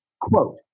Quote